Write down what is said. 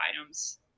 items